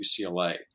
UCLA